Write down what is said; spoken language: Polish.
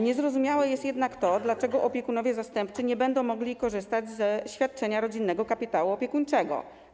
Niezrozumiałe jest jednak to, dlaczego opiekunowie zastępczy nie będą mogli korzystać ze świadczenia rodzinnego kapitału opiekuńczego.